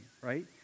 right